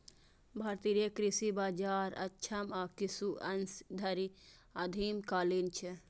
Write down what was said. भारतीय कृषि बाजार अक्षम आ किछु अंश धरि आदिम कालीन छै